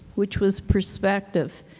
which was perspective,